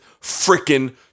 freaking